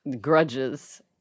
grudges